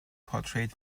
portrayed